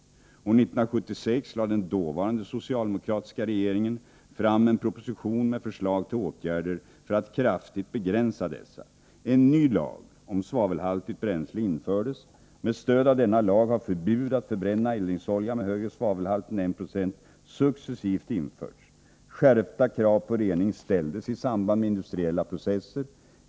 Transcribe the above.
År 1976 lade den dåvarande socialdemokratiska regeringen fram en proposition med förslag till åtgärder för att kraftigt begränsa utsläppen. En ny lag om svavelhaltigt bränsle infördes. Med stöd av denna lag har förbud att förbränna eldningsolja med högre svavelhalt än en procent successivt införts. Skärpta krav på rening ställdes i samband med industriella processer.